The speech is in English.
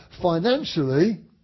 financially